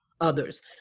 others